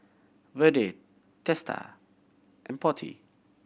Vedre Teesta and Potti